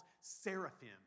seraphim